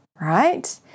right